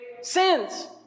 sins